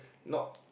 not